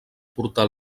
portar